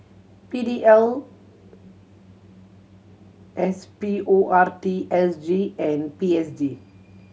P D L S P O R T S G and P S D